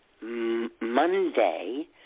Monday